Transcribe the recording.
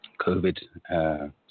COVID